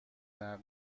نقل